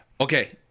Okay